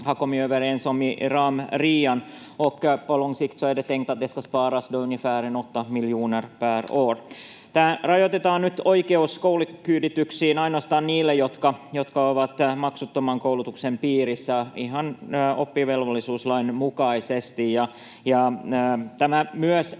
rajoitetaan nyt ainoastaan niille, jotka ovat maksuttoman koulutuksen piirissä, ihan oppivelvollisuuslain mukaisesti. Tämä